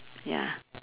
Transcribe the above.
ya